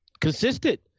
consistent